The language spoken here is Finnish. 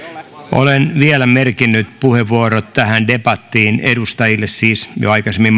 olen vielä merkinnyt puheenvuorot tähän debattiin siis jo aikaisemmin